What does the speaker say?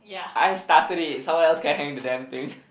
I started it someone else can hang the damn thing